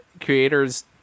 creators